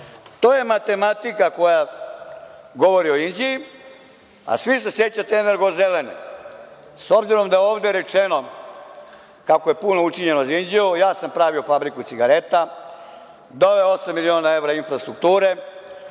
je matematika koja govori o Inđiji, a svi se sećate „Energozelene“. S obzirom da je ovde rečeno kako je puno učinjeno za Inđiju, ja sam pravio fabriku cigareta, doveo osam miliona evra infrastrukture,